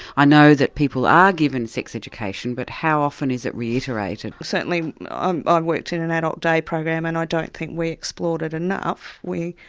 i know that people are given sex education, but how often is it reiterated? certainly i've um ah worked in an adult day program, and i don't think we explored it enough. we